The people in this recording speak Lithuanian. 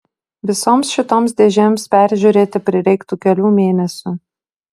visoms šitoms dėžėms peržiūrėti prireiktų kelių mėnesių